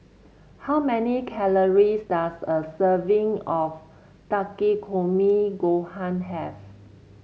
how many calories does a serving of Takikomi Gohan have